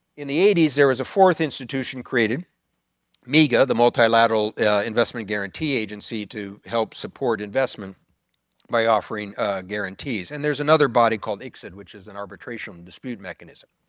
in the eighty s there was a fourth institution created miga, the multilateral investment guarantee agency to help support investment by offering guarantees. and there's another body called icsid which is an arbitration dispute mechanism.